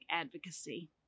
advocacy